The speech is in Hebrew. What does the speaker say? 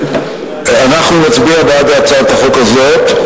אנחנו נצביע בעד הצעת החוק הזאת.